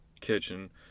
kitchen